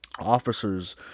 Officers